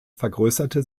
vergrößerte